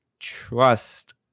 trust